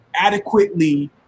adequately